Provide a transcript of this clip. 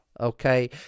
okay